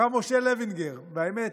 הרב משה לוינגר, והאמת,